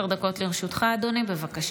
עשר דקות לרשותך, אדוני, בבקשה.